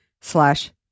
slash